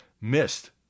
missed